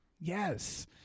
Yes